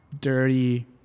dirty